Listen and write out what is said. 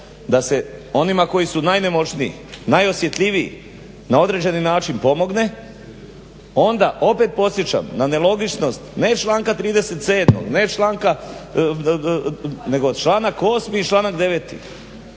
da se onima koji su najnemoćniji, najosjetljiviji na određeni način pomogne, onda opet podsjećam na nelogičnost ne članka 37. ne članka nego članak 8.